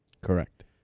Correct